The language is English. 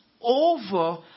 over